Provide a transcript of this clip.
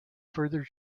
further